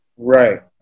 Right